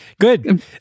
Good